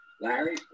Larry